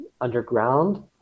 underground